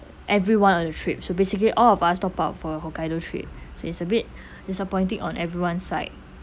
everyone on the trip so basically all of us top up for your hokkaido trip so it's a bit disappointing on everyone side